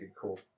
cool